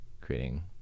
creating